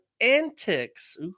antics